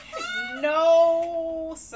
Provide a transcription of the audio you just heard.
no